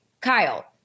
Kyle